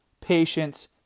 patience